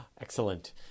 Excellent